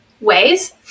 ways